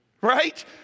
Right